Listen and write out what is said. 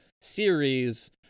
series